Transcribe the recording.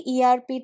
ERP